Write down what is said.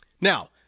Now